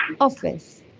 office